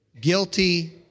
Guilty